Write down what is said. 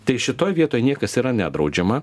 tai šitoj vietoj niekas yra nedraudžiama